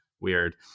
weird